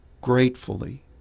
gratefully